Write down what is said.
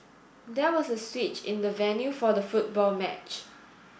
there was a switch in the venue for the football match